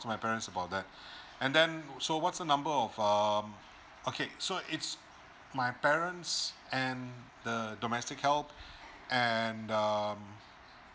to my parents about that and then so what's the number of um okay so it's my parents and the domestic help and um